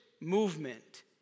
movement